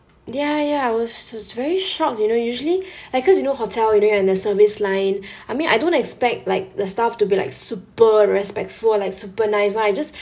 ya ya I was was very shocked you know usually like cause you know hotel you know you're in the service line I mean I don't expect like the staff to be like super respectful like super nice [one] I just